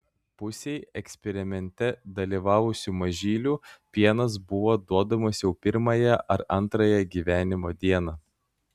pusei eksperimente dalyvavusių mažylių pienas buvo duodamas jau pirmąją ar antrąją gyvenimo dieną